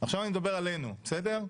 עכשיו אני מדבר עלינו, בסדר?